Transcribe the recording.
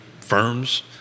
firms